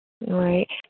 Right